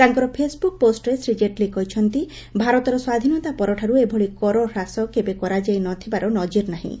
ତାଙ୍କର ଫେସ୍ବୁକ୍ ପୋଷ୍ଟରେ ଶ୍ରୀ ଜେଟ୍ଲୀ କହିଛନ୍ତି ଭାରତର ସ୍ୱାଧୀନତା ପରଠାରୁ ଏଭଳି କର ହ୍ରାସ କେବେ କରାଯାଇ ନ ଥିବାର ନକିର ନାହିଁ